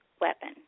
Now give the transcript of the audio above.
weapon